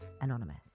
Anonymous